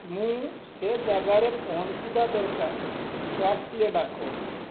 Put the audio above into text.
ମୁଁ ସେ ଯାଗାରେ ପହଞ୍ଚିବା ଦରକାର କ୍ୟାବ୍ଟିଏ ଡାକ